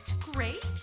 great